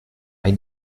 hay